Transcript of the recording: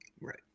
right